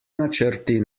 načrti